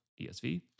ESV